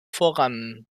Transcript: voranbringen